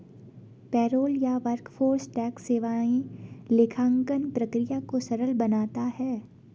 payroll या workforce tax सेवाएं लेखांकन प्रक्रिया को सरल बनाता है